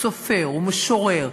סופר ומשורר,